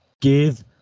Give